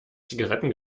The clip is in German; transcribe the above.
zigaretten